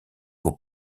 aux